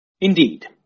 Indeed